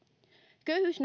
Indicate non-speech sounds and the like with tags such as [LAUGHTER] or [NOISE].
köyhyys [UNINTELLIGIBLE]